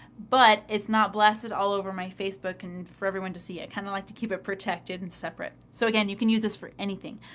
but it's not blasted all over my facebook and for everyone to see it. i kind of like to keep it protected and separate. so again, you can use this for anything.